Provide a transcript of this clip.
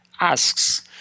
asks